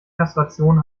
kastration